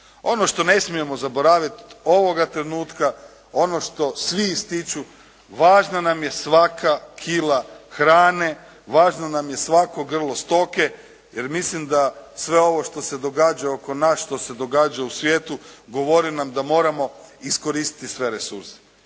Ono što ne smijemo zaboraviti ovoga trenutka, ono što svi ističu važna nam je svaka kila hrane, važno nam je svako grlo stoke. Jer mislim da sve ovo što se događa oko nas, što se događa u svijetu govori nam da moramo iskoristiti sve resurse